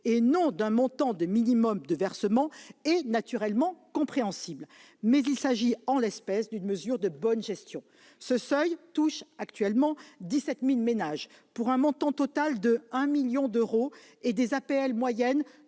et non un montant minimal de versement est naturellement compréhensible, mais il s'agit en l'espèce d'une mesure de bonne gestion. Ce seuil touche actuellement 17 000 ménages pour un montant total de 1 million d'euros et des APL moyennes